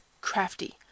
crafty